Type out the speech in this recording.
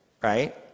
Right